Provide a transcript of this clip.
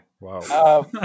wow